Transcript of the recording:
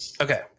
okay